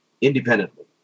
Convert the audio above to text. independently